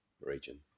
region